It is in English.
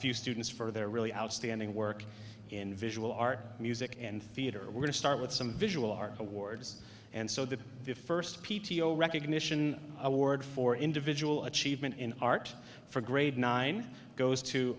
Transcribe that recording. few students for their really outstanding work in visual art music and theater we're going to start with some visual art awards and so the first p t o recognition award for individual achievement in art for grade nine goes to